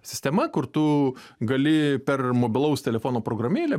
sistema kur tu gali per mobilaus telefono programėlę